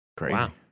Wow